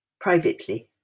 privately